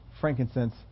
frankincense